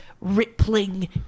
rippling